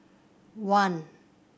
one